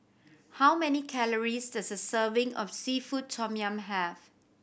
how many calories does a serving of seafood tom yum have